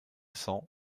cent